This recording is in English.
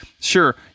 sure